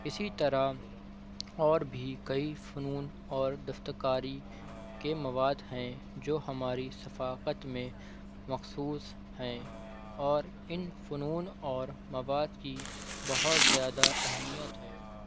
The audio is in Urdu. اسی طرح اور بھی کئی فنون اور دستکاری کے مواد ہیں جو ہماری ثقافت میں مخصوص ہیں اور ان فنون اور مواد کی بہت زیادہ اہمیت ہے